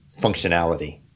functionality